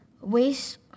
waste